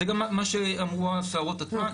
זה גם מה שאמרו הסוהרות עצמן,